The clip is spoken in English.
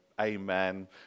amen